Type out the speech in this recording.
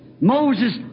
Moses